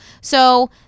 So-